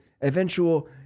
eventual